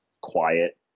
quiet